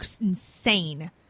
insane